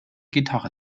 gitarre